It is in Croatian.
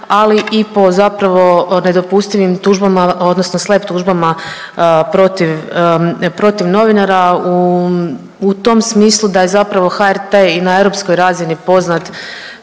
ali i po zapravo nedopustivim tužbama, odnosno SLAPP tužbama protiv novinara, u tom smislu da je zapravo HRT i na europskoj razini poznat